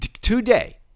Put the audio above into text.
today